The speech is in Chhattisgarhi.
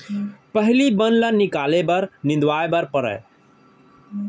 पहिली बन ल निकाले बर निंदवाए बर परय